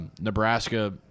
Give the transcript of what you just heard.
Nebraska